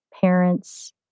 parents